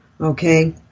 Okay